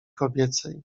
kobiecej